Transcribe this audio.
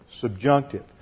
subjunctive